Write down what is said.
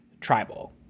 tribal